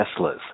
Teslas